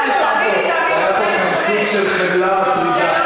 היה פה קמצוץ של חמלה מטרידה.